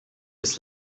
ist